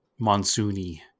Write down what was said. monsoony